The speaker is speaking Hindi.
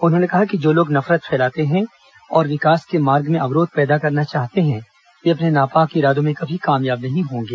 उन्होंने कहा कि जो लोग नफरत फैलाते हैं और विकास के मार्ग में अवरोध पैदा करना चाहते हैं वे अपने नापाक इरादों में कभी कामयाब नहीं होंगे